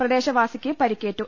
പ്രദേശവാസിക്ക് പരിക്കേറ്റു